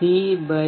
C 0